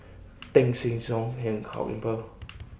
Teng San